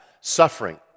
Suffering